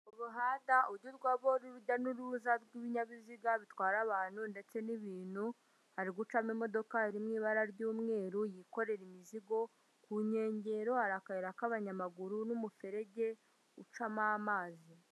Umuhanda urimo urujya n'uruza rw'ibinyabiziga bitwara abantu ndetse n'ibintu hari gucamo imodoka iri mu ibara ry'umweru yikorera imizigo ku nkengero hari akayira k'abanyamaguru n'umuferege ucamo amazi.